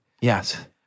Yes